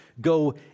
go